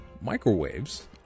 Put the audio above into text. Microwaves